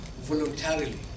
voluntarily